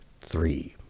three